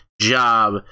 job